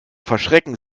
verschrecken